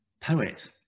poet